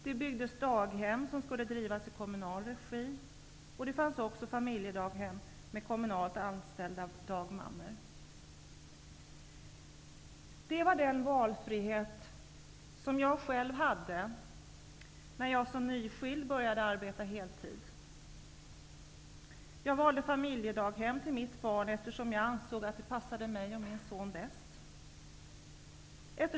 Det byggdes daghem som skulle drivas i kommunal regi, och det fanns också familjedaghem med kommunalt anställda dagmammor. Det var denna valfrihet som jag själv hade när jag som nyskild började arbeta heltid. Jag valde familjedaghem till mitt barn, eftersom jag ansåg att det passade mig och min son bäst.